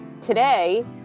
Today